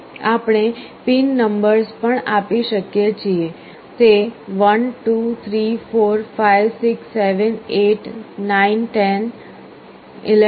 આપણે pin numbers પણ આપી શકીએ છીએ તે 1 2 3 4 5 6 7 8 9 10 11 12